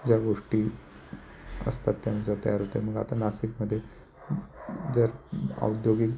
ज्या गोष्टी असतात त्याचं तयार होते मग आता नासिकमध्ये जर औद्योगिक